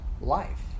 life